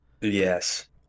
yes